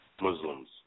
Muslims